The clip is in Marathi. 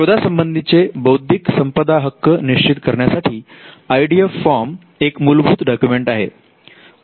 शोधा संबंधीचे बौद्धिक संपदा हक्क निश्चित करण्यासाठी आय डी एफ फॉर्म एक मूलभूत डॉक्युमेंट आहे